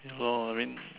ya lor I mean